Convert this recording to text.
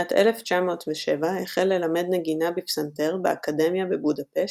בשנת 1907 החל ללמד נגינה בפסנתר באקדמיה בבודפשט,